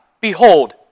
Behold